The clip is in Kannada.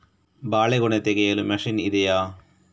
ಬಾಳೆಗೊನೆ ತೆಗೆಯಲು ಮಷೀನ್ ಇದೆಯಾ?